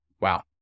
Wow